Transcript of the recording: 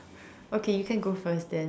okay you can go first then